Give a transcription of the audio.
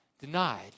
denied